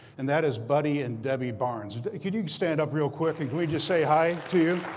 and that is buddy and debbie barnes. can you stand up real quick? and can we just say hi to you?